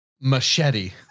Machete